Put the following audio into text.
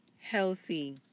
healthy